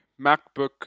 MacBook